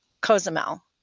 Cozumel